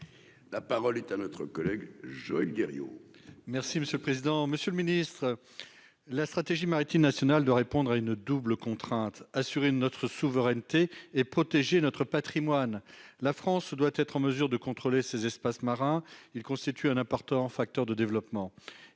La parole est à notre collègue Joël Guerriau. Merci monsieur le président, Monsieur le Ministre, la stratégie maritime national de répondre à une double contrainte : assurer notre souveraineté et protéger notre Patrimoine, la France doit être en mesure de contrôler ces espaces marins, il constitue un important facteur de développement,